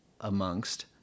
amongst